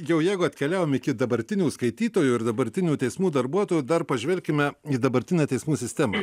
jau jeigu atkeliavom iki dabartinių skaitytojų ir dabartinių teismų darbuotojų dar pažvelkime į dabartinę teismų sistemą